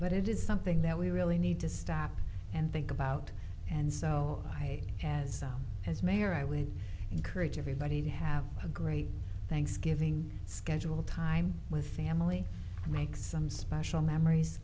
but it is something that we really need to stop and think about and so i as well as mayor i would encourage everybody to have a great thanksgiving schedule time with family and make some special memories